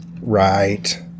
Right